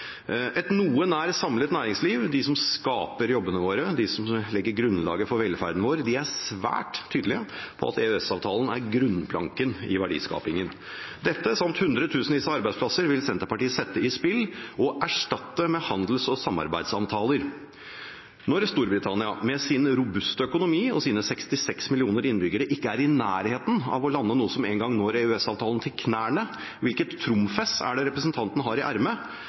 Et noe nær samlet næringsliv – de som skaper jobbene våre, de som legger grunnlaget for velferden vår – er svært tydelige på at EØS-avtalen er grunnplanken i verdiskapingen. Dette, samt hundretusenvis av arbeidsplasser, vil Senterpartiet sette i spill og erstatte med handels- og samarbeidsavtaler. Når Storbritannia, med sin robuste økonomi og sine 66 millioner innbyggere, ikke er i nærheten av å lande noe som engang når EØS-avtalen til knærne, hvilket trumfess er det representanten har i